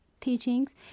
teachings